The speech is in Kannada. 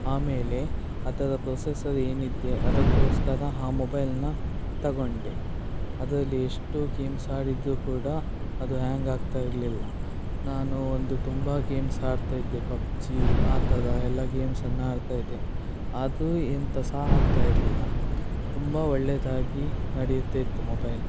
ಆಮೇಲೆ ಅದರ ಪ್ರೊಸೆಸರ್ ಏನಿದೆ ಅದಕ್ಕೋಸ್ಕರ ಆ ಮೊಬೈಲನ್ನ ತಗೊಂಡೆ ಅದರಲ್ಲಿ ಎಷ್ಟು ಗೇಮ್ಸ್ ಆಡಿದ್ರೂ ಕೂಡ ಅದು ಹ್ಯಾಂಗ್ ಆಗ್ತಾ ಇರಲಿಲ್ಲ ನಾನು ಒಂದು ತುಂಬ ಗೇಮ್ಸ್ ಆಡ್ತಾ ಇದ್ದೆ ಪಬ್ಜಿ ಆ ಥರ ಎಲ್ಲ ಗೇಮ್ಸನ್ನು ಆಡ್ತಾ ಇದ್ದೆ ಅದು ಎಂಥ ಸಹ ಆಗ್ತಿರಲಿಲ್ಲ ತುಂಬ ಒಳ್ಳೆಯದಾಗಿ ನಡಿಯುತ್ತಾ ಇತ್ತು ಮೊಬೈಲ್